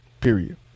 period